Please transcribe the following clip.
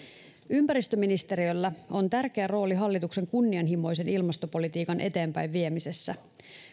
ympäristöministeriöllä on tärkeä rooli hallituksen kunnianhimoisen ilmastopolitiikan eteenpäinviemisessä